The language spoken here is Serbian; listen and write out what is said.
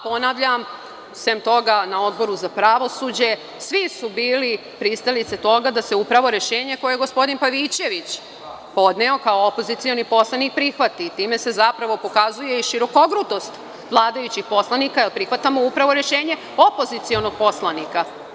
Ponavljam, sem toga na Odboru za pravosuđe svi su bili pristalice toga da se upravo rešenje koje je gospodin Pavićević podneo kao opozicioni poslanik prihvati i time se zapravo i pokazuje širokogrudost vladajućih poslanika, jer prihvatamo upravo rešenje opozicionog poslanika.